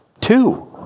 two